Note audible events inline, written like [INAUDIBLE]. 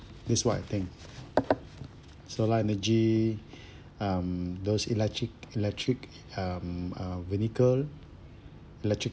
that's what I think solar energy [BREATH] um those electric electric um uh vehicle electric